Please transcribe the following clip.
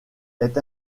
est